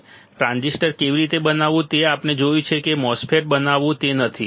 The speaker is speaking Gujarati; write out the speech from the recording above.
અને ટ્રાન્ઝિસ્ટર કેવી રીતે બનાવવું તે આપણે જોયું છે કેવી રીતે MOSFET બનાવવું તે નથી